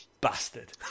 bastard